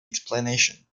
explanation